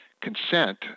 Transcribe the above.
consent